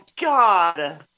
God